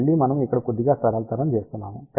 మళ్ళీ మనము ఇక్కడ కొద్దిగా సరళతరం చేస్తున్నాము